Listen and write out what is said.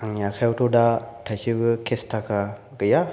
आंनि आखाइयावथ' दा थाइसेबो केस थाखा गैया